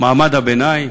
מעמד הביניים,